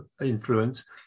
influence